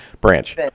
Branch